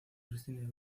cristina